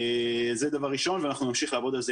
זה דבר ראשון ואנחנו נמשיך לעבוד על זה